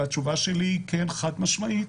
והתשובה שלי היא כן, חד משמעית.